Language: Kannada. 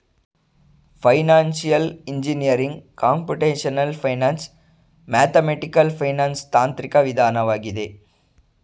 financial engineering computational finance, mathematical finance ತಾಂತ್ರಿಕ ವಿಧಾನವಾಗಿದೆ